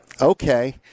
Okay